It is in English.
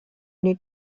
need